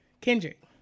Kendrick